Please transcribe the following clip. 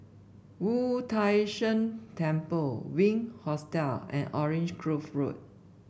Wu Tai Shan Temple Wink Hostel and Orange Grove Road